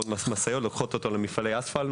המשאיות לוקחות אותו למפעלי אספלט,